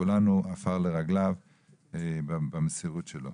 שכולנו עפר לרגליו במסירות שלו.